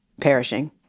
perishing